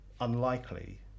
unlikely